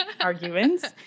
arguments